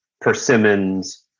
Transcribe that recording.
persimmons